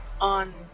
On